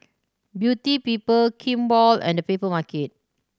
Beauty People Kimball and Papermarket